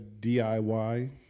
DIY